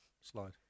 slide